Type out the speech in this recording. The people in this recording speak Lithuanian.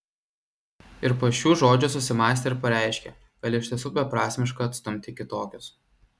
ir po šių žodžių susimąstė ir pareiškė gal iš tiesų beprasmiška atstumti kitokius